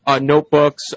notebooks